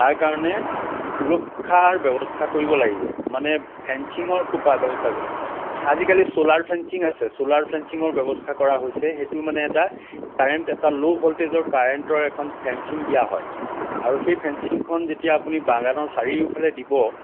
তাৰ কাৰণে সুৰক্ষাৰ ব্যৱস্থা কৰিব লাগিব মানে ফেঞ্চিঙৰ খুব ভাল ব্য়ৱস্থা আজিকালি ছ'লাৰ ফেঞ্চিং আছে ছ'লাৰ ফেঞ্চিঙৰ ব্যৱস্থা কৰা হৈছে সেইটো মানে এটা কাৰেণ্ট এটা ল' ভল্টেজৰ কাৰেণ্টৰ এটা ফেঞ্চিং দিয়া হয় আৰু সেই ফেঞ্চিংখন যেতিয়া আপুনি বাগানৰ চাৰিওফালে দিব